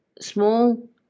small